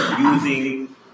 using